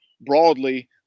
broadly